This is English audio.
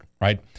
right